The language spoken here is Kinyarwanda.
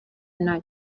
nta